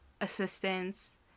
assistance